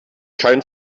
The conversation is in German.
kein